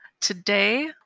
Today